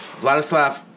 Vladislav